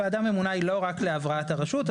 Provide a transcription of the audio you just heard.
ועדה ממונה היא לא רק להבראת הרשות,